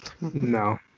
No